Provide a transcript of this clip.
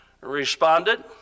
responded